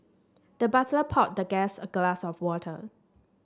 the butler poured the guest a glass of water